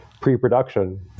pre-production